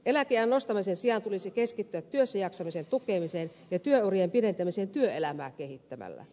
eläkeiän nostamisen sijaan tulisi keskittyä työssäjaksamisen tukemiseen ja työurien pidentämiseen työelämää kehittämällä